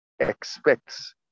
expects